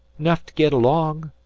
nough to get along.